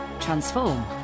Transform